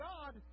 God